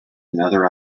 another